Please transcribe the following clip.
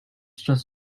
just